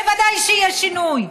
בוודאי שיהיה שינוי.